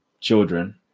children